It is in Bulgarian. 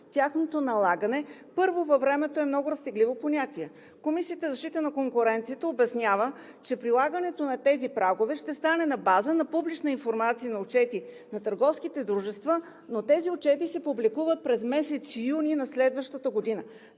тяхното налагане във времето е много разтегливо понятие. Комисията за защита на конкуренцията обяснява, че прилагането на тези прагове ще стане на база на публичната информация на отчетите на търговските дружества, но тези отчети се публикуват през месец юни на следващата година.